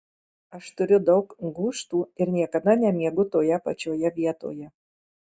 aš turiu daug gūžtų ir niekada nemiegu toje pačioje vietoje